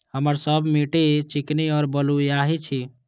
हमर सबक मिट्टी चिकनी और बलुयाही छी?